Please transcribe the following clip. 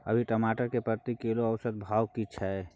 अभी टमाटर के प्रति किलो औसत भाव की छै?